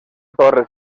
torre